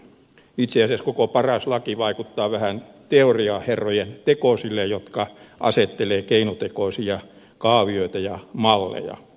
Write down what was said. itse asiassa koko paras laki vaikuttaa vähän sellaisten teoriaherrojen tekoselta jotka asettelevat keinotekoisia kaavioita ja malleja